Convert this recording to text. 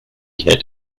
hit